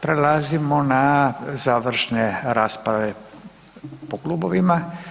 Prelazimo na završne rasprave po klubovima.